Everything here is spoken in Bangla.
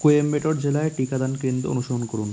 কোয়েম্বেটোর জেলায় টিকাদান কেন্দ্র অনুসরণ করুন